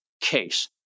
case